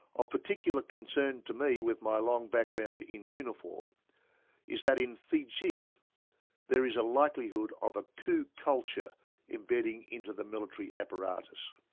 ah particular concern to me with my long background in uniform is that in fiji there is a likelihood of a coup culture embedding into the military apparatus.